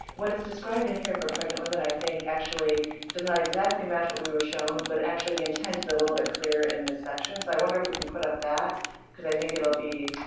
what is described in here for pregnant women i think actually does not exactly match what we were shown, but actually the intent is a little bit clearer in this section, so i wonder if we can put up that because i think it'll be